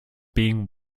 being